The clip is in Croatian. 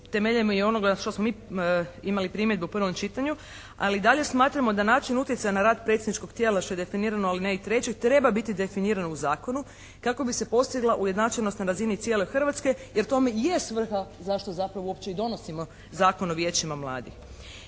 temeljem i onoga što smo mi imali primjedbu u prvom čitanju. Ali i dalje smatramo da način utjecaja na rad predsjedničkog tijela što je definirano u alineji trećoj treba biti definirano u zakonu kako bi se postigla ujednačenost na razini cijele Hrvatske jer u tome i je svrha zašto zapravo uopće i donosimo Zakon o vijećima mladih.